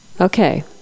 Okay